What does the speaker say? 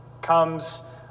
comes